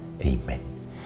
Amen